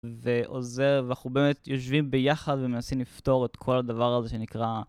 ועוזר, ואנחנו באמת יושבים ביחד ומנסים לפתור את כל הדבר הזה שנקרא...